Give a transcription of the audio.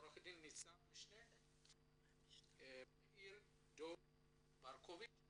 עו"ד ניצב משנה מאיר דב ברקוביץ.